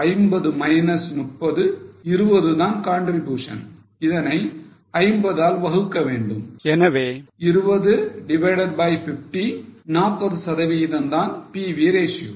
50 minus 30 20 தான் contribution இதனை 50 ஆல் வகுக்க வேண்டும் எனவே 2050 40 சதவிகிதம் தான் PV ratio